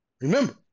Remember